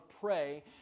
pray